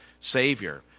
Savior